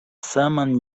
saman